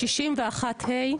61(ה),